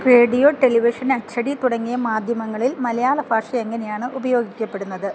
radio television അച്ചടി തുടങ്ങിയ മാധ്യമങ്ങളിൽ മലയാള ഭാഷ എങ്ങനെയാണ് ഉപയോഗിക്കപ്പെടുന്നത്